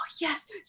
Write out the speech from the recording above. yes